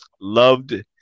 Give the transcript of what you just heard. loved